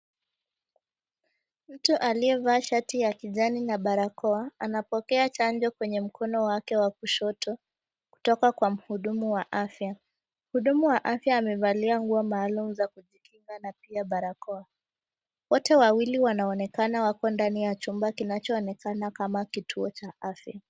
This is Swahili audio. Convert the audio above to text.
Mtu aliyevaa shati ya kijani na barakoa anapokea chanjo kwenye mkono wake wa kushoto kutoka kwa mhudumu wa afya. Mhudumu wa afya amevalia nguo maalumu za kujikinga na pia barakoa. Wote wawili wanaonekana wako ndani ya chumba kinachoonekana kama kituo cha afya.